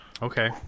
Okay